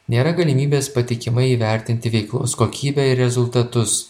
nėra galimybės patikimai įvertinti veiklos kokybę ir rezultatus